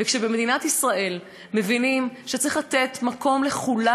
וכשבמדינת ישראל מבינים שצריך לתת מקום לכולם,